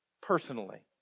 personally